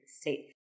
state